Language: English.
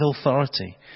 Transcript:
authority